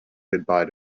goodbye